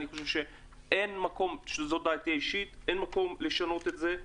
אין מקום לטעמי, לשנות את זה.